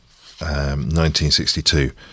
1962